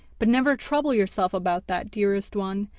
but never trouble yourself about that, dearest one,